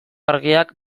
argiak